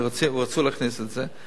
ורצו להכניס את זה.